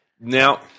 Now